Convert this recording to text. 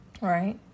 right